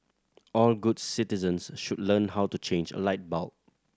all good citizens should learn how to change a light bulb